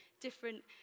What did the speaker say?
different